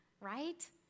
right